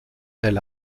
elle